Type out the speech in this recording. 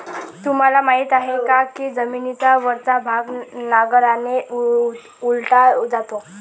तुम्हाला माहीत आहे का की जमिनीचा वरचा भाग नांगराने उलटला जातो?